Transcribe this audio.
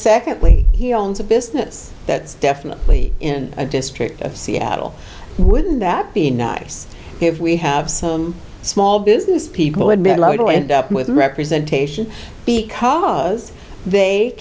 condly he owns a business that's definitely in a district of seattle wouldn't that be nice if we have some small business people would be allowed to end up with representation because they